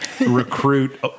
Recruit